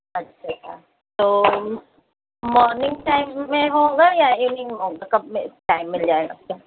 اچھا اچھا تو مارننگ ٹائم میں ہوگا یا ایوننگ میں ہوگا کب میں ٹائم مِل جائے گا